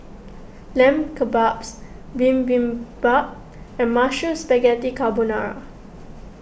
Lamb Kebabs Bibimbap and Mushroom Spaghetti Carbonara